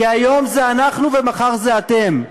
כי היום זה אנחנו ומחר זה אתם.